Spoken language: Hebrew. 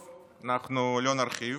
טוב, אנחנו לא נרחיב,